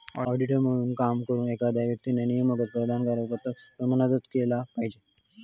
auditor म्हणून काम करुक, एखाद्या व्यक्तीक नियामक प्राधिकरणान प्रमाणित केला पाहिजे